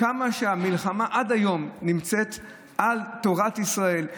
כמה שהמלחמה עד היום היא על תורת ישראל.